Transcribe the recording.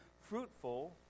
fruitful